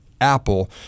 Apple